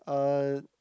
uh